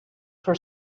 for